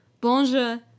bonjour